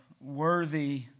worthy